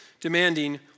demanding